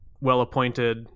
well-appointed